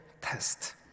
test